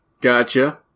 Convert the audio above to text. Gotcha